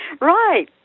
right